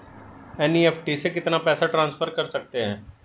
NEFT से कितना पैसा ट्रांसफर कर सकते हैं?